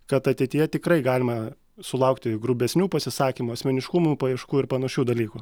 kad ateityje tikrai galima sulaukti grubesnių pasisakymų asmeniškumų paieškų ir panašių dalykų